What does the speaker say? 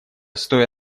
стоя